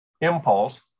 impulse